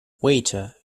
waiter